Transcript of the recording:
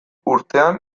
urtean